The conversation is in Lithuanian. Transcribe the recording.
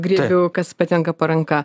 griebiu kas patenka po ranka